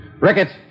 Ricketts